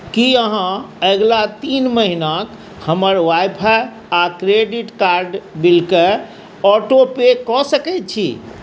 की अहाँ अगिला तीन महिनाक हमर वाइ फाइ आ क्रेडिटकार्ड बिलकेँ ऑटोपे कऽ सकैत छी